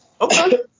Okay